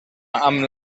amb